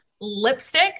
lipstick